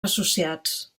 associats